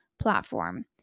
platform